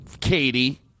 Katie